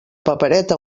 papereta